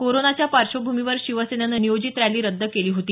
कोरोनाच्या पार्श्वभूमीवर शिवसेनेनं नियोजित रॅली रद्द केली होती